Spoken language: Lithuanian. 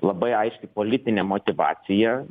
labai aiški politinė motyvacija